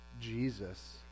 Jesus